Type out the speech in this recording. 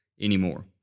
anymore